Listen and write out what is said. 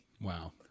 Wow